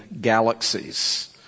galaxies